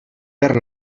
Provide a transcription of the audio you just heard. per